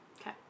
Okay